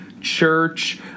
church